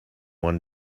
one